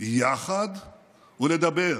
יחד ולדבר,